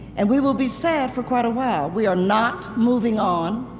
and we will be sad for quite a while. we are not moving on,